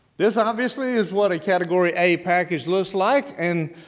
this obviously is what a category a package looks like, and